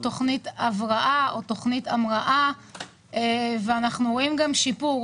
תוכנית הבראה או תוכנית המראה ואנחנו רואים גם שיפור.